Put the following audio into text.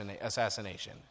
assassination